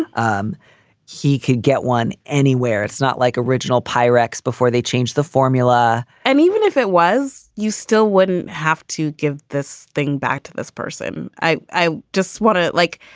um he could get one anywhere. it's not like original pyrex before they changed the formula and even if it was, you still wouldn't have to give this thing back to this person. i i just want it like.